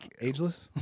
ageless